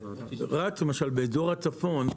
שרץ באזור הצפון,